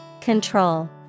Control